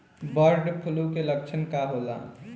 Bird flu के लक्षण का होला?